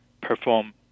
perform